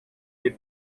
bir